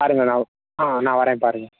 பாருங்கள் ஆ நான் வரேன் பாருங்கள்